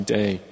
day